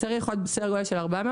צריך עוד סדר גודל של 400,